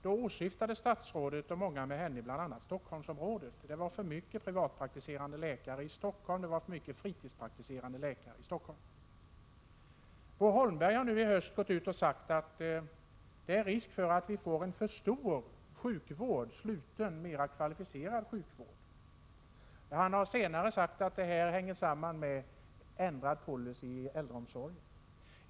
Då åsyftade statsrådet och många med henne bl.a. Stockholmsområdet — det fanns för många privatpraktiserande och fritidspraktiserande läkare i Stockholm. Civilminister Bo Holmberg har i höst sagt att det är risk för att vi får en för stor sluten, mera kvalificerad sjukvård. Han har senare sagt att detta hänger samman med ändrad policy i äldreomsorgen.